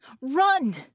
Run